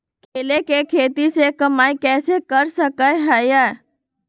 केले के खेती से कमाई कैसे कर सकय हयय?